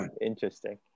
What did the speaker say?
Interesting